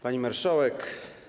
Pani Marszałek!